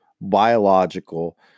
biological